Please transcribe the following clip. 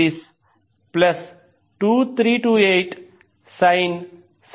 498cos 2t 30